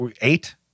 eight